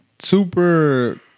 super